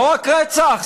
לא רק רצח.